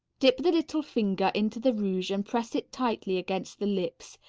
dip the little finger into the rouge and press it tightly against the lips,